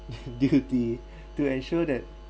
duty to ensure that